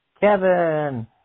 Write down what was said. Kevin